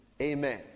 Amen